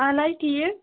اَہَن حظ ٹھیٖک